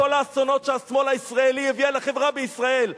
כל האסונות שהשמאל הישראלי הביא על החברה בישראל.